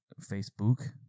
facebook